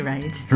Right